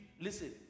listen